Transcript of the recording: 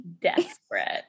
desperate